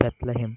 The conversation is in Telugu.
బెత్లహేం